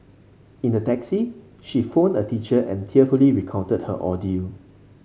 in the taxi she phoned a teacher and tearfully recounted her ordeal